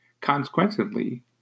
Consequently